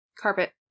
Carpet